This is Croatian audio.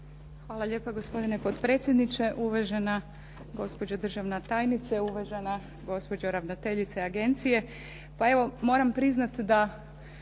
Hvala lijepa, gospodine potpredsjedniče. Uvažena gospođo državna tajnice, uvažena gospođo ravnateljice Agencije,